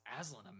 Aslan